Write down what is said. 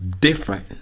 different